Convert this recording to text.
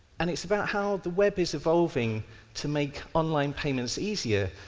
and it's about how the web is evolving to make online payments easier,